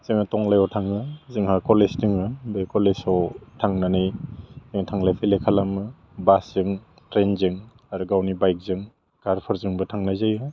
जोङो टंलायाव थाङो जोंहा कलेज दङो बे कलेजआव थांनानै थांलाय फैलाय खालामो बासजों ट्रेइनजों आरो गावनि बाइकजों आर कारजोंबो थांनाय जायो